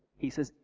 he says,